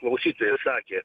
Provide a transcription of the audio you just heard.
klausytojas sakė